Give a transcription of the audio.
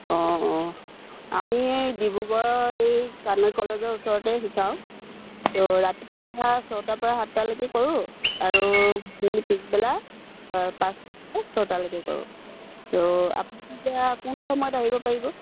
অঁ অঁ আমি এই ডিব্ৰুগড়ৰ এই কাণৈ কলেজৰ ওচৰতে শিকাওঁ তো ৰাতিপুৱা ছটাৰপৰা সাতটালৈকে কৰোঁ আৰু আবেলি পিছবেলা পাঁচটাৰপৰা ছটালৈকে কৰোঁ তো আপুনি এতিয়া কোনটো সময়ত আহিব পাৰিব